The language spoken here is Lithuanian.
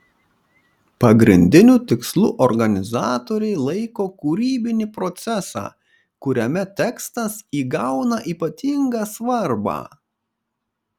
pagrindiniu tikslu organizatoriai laiko kūrybinį procesą kuriame tekstas įgauna ypatingą svarbą